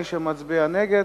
מי שמצביע נגד,